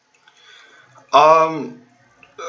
um